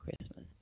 Christmas